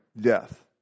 death